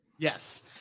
Yes